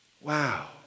Wow